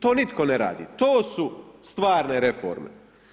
To nitko ne radi, to su stvarne reforme.